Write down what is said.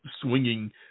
swinging